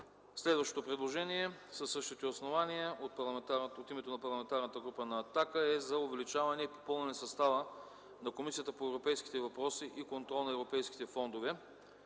Следващото предложение, със същите основания от името на Парламентарната група на „Атака”, е за увеличаване и попълване състава на Комисията по европейските въпроси и контрол на европейските фондове.